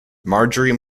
marjorie